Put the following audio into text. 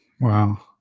Wow